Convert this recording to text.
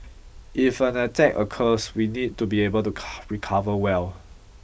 if an attack occurs we need to be able to car recover well